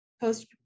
post